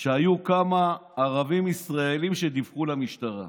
שהיו כמה ערבים ישראלים שדיווחו למשטרה,